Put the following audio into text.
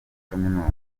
kaminuza